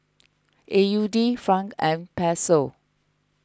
A U D Franc and Peso